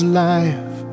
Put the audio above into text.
life